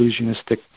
illusionistic